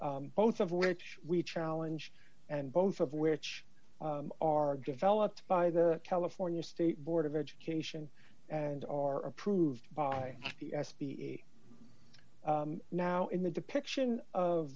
om both of which we challenge and both of which are developed by the california state board of education and are approved by the s b a now in the depiction of